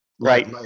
Right